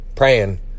praying